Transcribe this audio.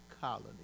colony